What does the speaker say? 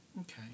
okay